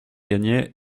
gagner